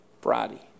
Friday